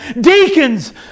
deacons